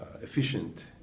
efficient